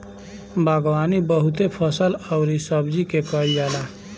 बागवानी बहुते फल अउरी सब्जी के कईल जाला